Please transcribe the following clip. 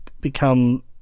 become